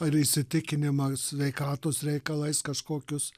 ar įsitikinimą sveikatos reikalais kažkokius